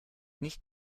nicht